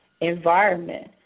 environment